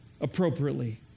appropriately